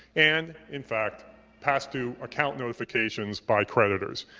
and in fact past-due account notifications by creditors.